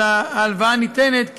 ההלוואה ניתנת,